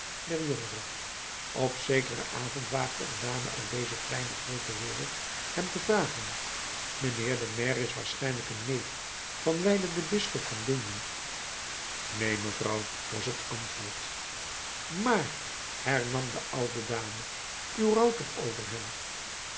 der jongere op zekeren avond waagde een dame uit deze kleine groote wereld hem te vragen mijnheer de maire is waarschijnlijk een neef van wijlen den bisschop van d neen mevrouw was het antwoord maar hernam de oude dame u rouwt toch over hem